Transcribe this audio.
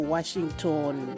Washington